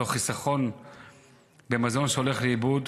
תוך חיסכון במזון שהולך לאיבוד,